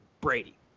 Brady